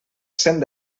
cent